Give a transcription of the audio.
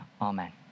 amen